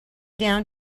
down